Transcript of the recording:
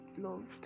loved